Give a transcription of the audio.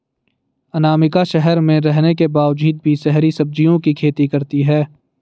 अनामिका शहर में रहने के बावजूद भी शहरी सब्जियों की खेती करती है